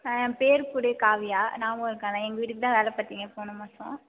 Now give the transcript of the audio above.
ஆ என் பேர்க்கூட காவியா ஞாபகம் இருக்காண்ணா எங்கள் வீட்டுக்கு தான் வேலை பார்த்தீங்க போன மாதம்